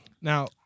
now